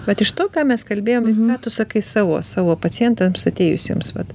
vat iš to ką mes kalbėjom ir ką tu sakai savo savo pacientams atėjusiems vat